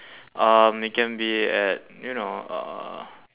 um it can be at you know uh